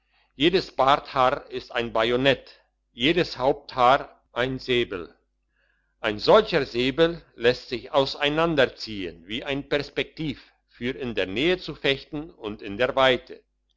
jedes barthaar ist ein bajonett jedes haupthaar ein sabel ein solcher sabel lässt sich auseinanderziehen wie ein perspektiv für in die nähe zu fechten und in die weite